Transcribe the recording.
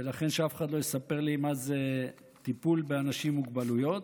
ולכן שאף אחד לא יספר לי מה זה טיפול באנשים עם מוגבלויות.